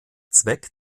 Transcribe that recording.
zweck